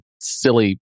silly